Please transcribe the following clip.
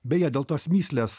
beje dėl tos mįslės